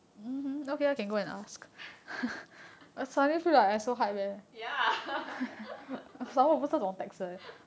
ya